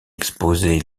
exposé